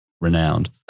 renowned